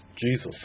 Jesus